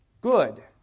good